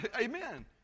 Amen